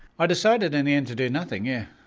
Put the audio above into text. i decided in the end to do nothing yeah.